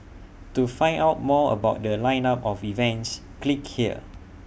to find out more about The Line up of events click here